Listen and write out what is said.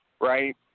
Right